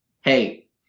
Hey